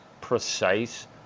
precise